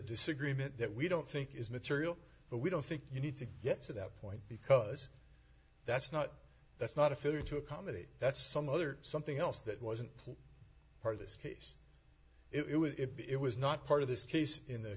disagreement that we don't think is material but we don't think you need to get to that point because that's not that's not a failure to accommodate that's some other something else that wasn't part of this case it was not part of this case in the